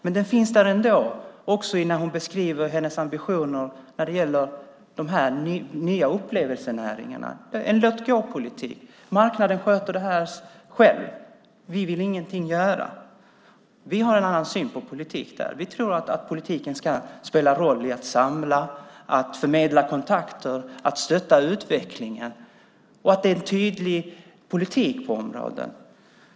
Men den finns ändå där, också när hon beskriver sina ambitioner när det gäller de nya upplevelsenäringarna. Det är en låt-gå-politik. Marknaden sköter det här själv. Man vill ingenting göra. Vi har där en annan syn på politik. Vi tror att politiken ska spela roll när det gäller att samla, att förmedla kontakter, att stötta utvecklingen. Och det är en tydlig politik på området.